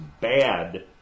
bad